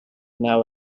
now